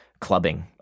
clubbing